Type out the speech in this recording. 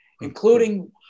including